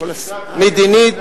מדינית,